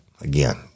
Again